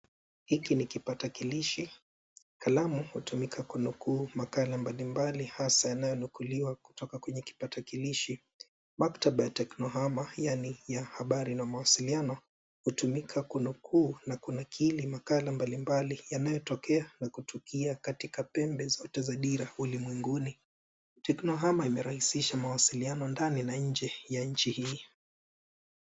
Hiki ni kipakatalishi. Kalamu hutumika kunukuu makala mbalimbali hasa yanayonukuliwa kutoka kwenye kipakatalishi. Maktaba ya teknohama, yaani ya habari na mawasiliano hutumika kunuku na kunakili makala mbalimbali yanayotokea na kutukia katika pembe zote za dira ulimwenguni. Teknohama imerahisisha mawasiliano ndani na nje ya nchi hii.